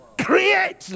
Create